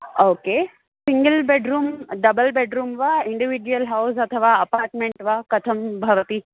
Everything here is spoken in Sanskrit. ओ के सिङ्गिल् बेड्रूम् डबल् बेड्रूं वा इण्डिविजुल् हौस् अथवा अपार्ट्मेण्ट् वा कथं भवति